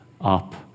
up